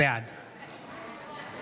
בעד